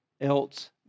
else